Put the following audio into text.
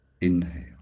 Inhale